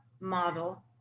model